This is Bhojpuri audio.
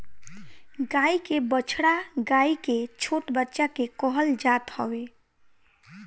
गाई के बछड़ा गाई के छोट बच्चा के कहल जात हवे